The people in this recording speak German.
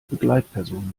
begleitperson